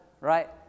right